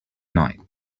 night